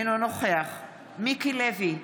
אינו נוכח מיקי לוי,